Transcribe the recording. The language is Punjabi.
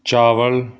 ਚਾਵਲ